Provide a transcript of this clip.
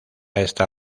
esta